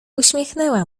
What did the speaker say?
uśmiechnęła